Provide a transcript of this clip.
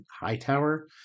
hightower